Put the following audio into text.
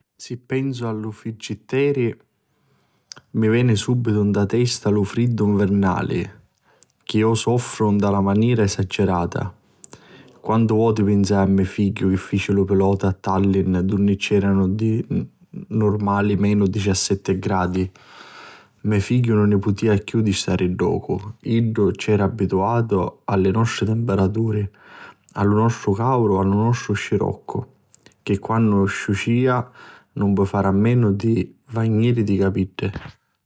Si pensu a lu firggiterri mi veni subitu 'n testa lu friddu nvirnali che iu soffru nta na manera esagirata. Quantu voti pinsai a me figghiu chi fici lu pilota a Tallin dunni c'eranu di nurmali menu diciassetti gradi. Me figghiu nun ni putia chiù di stari ddocu, iddu ch'era abituatu a li nostri timpirtauri, a lu nostru cauru, a lu nostru sciroccu chi quannu sciuscia nun poi fari a menu di vagnariti li capiddi.